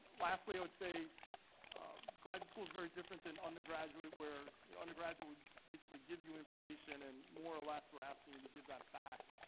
lastly i would say graduate school is very different than undergraduate where you know undergraduate would basically give you information and more or less, we're asking you to give that back.